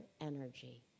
energy